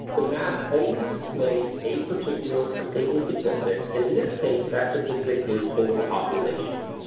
the map always displays a particular, single statistic and in this case that statistic is total population.